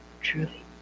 Truly